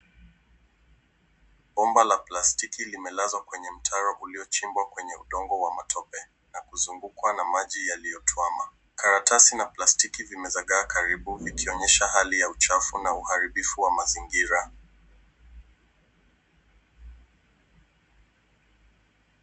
Bomba la plastiki limelazwa kwenye mtaro uliochimba kwenye udongo wa matope na kuzungukwa na maji yaliyotuama. Karatasi na plastiki vimezagaa karibu ikionyesha hali ya uchafu na uharibifu wa mazingira.